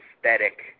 aesthetic